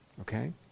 okay